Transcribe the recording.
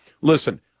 listen